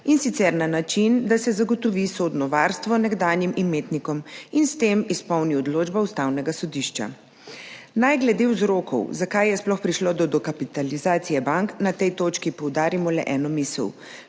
in sicer na način, da se zagotovi sodno varstvo nekdanjim imetnikom in s tem izpolni odločbo Ustavnega sodišča. Naj glede vzrokov, zakaj je sploh prišlo do dokapitalizacije bank, na tej točki poudarim le eno misel –